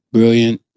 Brilliant